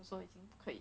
so 已经可以